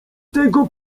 tego